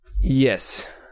Yes